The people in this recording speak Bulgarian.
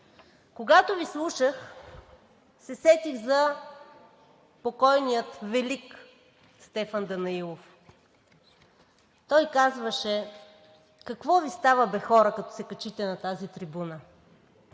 Когато Ви слушах, се сетих за покойния велик Стефан Данаилов. Той казваше: „Какво Ви става бе, хора, като се качите на тази трибуна?“